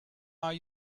are